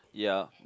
ya